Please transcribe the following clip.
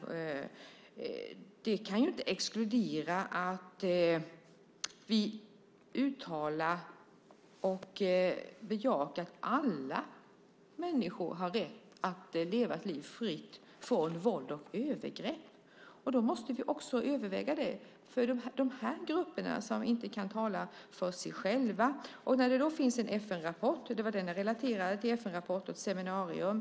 Men det kan inte exkludera att vi uttalar och bejakar att alla människor har rätt att leva ett liv fritt från våld och övergrepp. Vi måste också överväga det. De här grupperna kan inte tala för sig själva. Det finns en FN-rapport som jag refererade till, och det har varit ett seminarium.